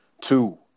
Two